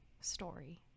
story